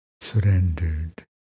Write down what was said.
surrendered